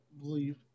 believe